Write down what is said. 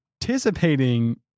participating